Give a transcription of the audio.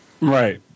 right